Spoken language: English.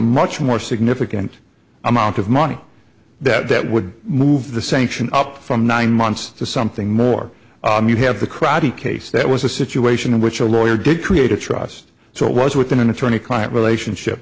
much more significant amount of money that would move the sanction up from nine months to something more you have the crowdy case that was a situation in which a lawyer did create a trust so it was within an attorney client relationship